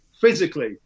physically